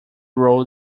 road